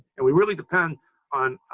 and we really depend on